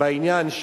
בעניין של,